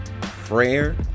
Prayer